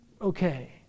Okay